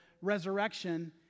resurrection